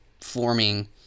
forming